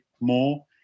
more